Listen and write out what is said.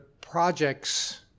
projects